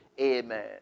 Amen